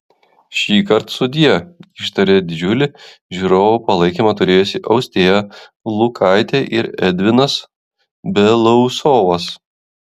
šįkart sudie ištarė didžiulį žiūrovų palaikymą turėjusi austėja lukaitė ir edvinas belousovas